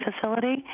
Facility